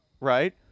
right